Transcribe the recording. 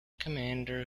commander